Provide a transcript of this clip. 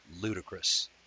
ludicrous